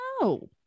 no